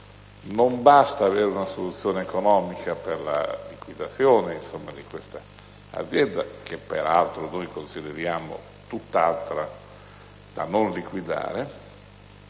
Non basta avere una soluzione economica per la situazione di questa azienda che, peraltro, noi consideriamo tutt'altra e da non liquidare.